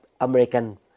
American